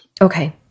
Okay